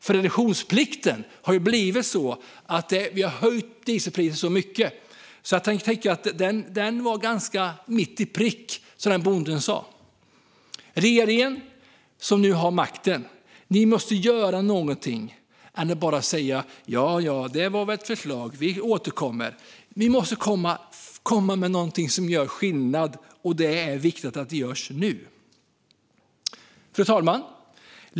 Med reduktionsplikten har det ju blivit så att vi höjt dieselpriset väldigt mycket, så jag tycker att det bonden sa var ganska mitt i prick. Regeringen som nu har makten måste göra någonting annat än att bara säga: Ja ja, det var ett förslag, vi återkommer. Ni måste komma med någonting som gör skillnad, och det är viktigt att det görs nu. Fru talman!